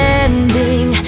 ending